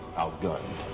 outgunned